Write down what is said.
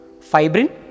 Fibrin